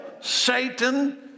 Satan